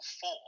four